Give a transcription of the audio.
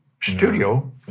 studio